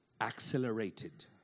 accelerated